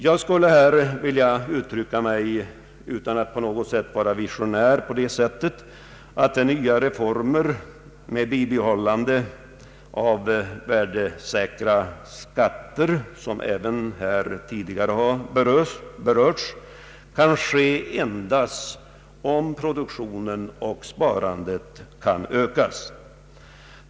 Jag skulle vilja uttrycka mig — utan att på något sätt vara visionär — på det sättet att nya reformer med bibehållande av värdesäkra skatter kan ske endast om produktionen och sparandet ökas.